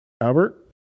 Albert